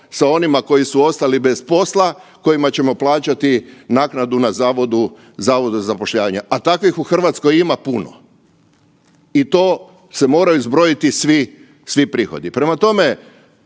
sa onima koji su ostali bez posla kojima ćemo plaćati naknadu na zavodu za zapošljavanje, a takvih u Hrvatskoj ima puno. I to se moraju zbrojiti svi prihodi. Prema tome,